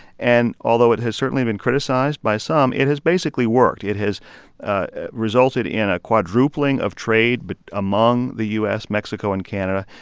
and although it has certainly been criticized by some, it has basically worked. it has ah resulted in a quadrupling of trade but among the u s, mexico and canada.